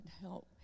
Help